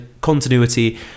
continuity